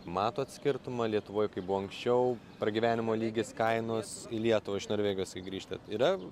matot skirtumą lietuvoj kaip buvo anksčiau pragyvenimo lygis kainos į lietuvą iš norvegijos kai grįžtat yra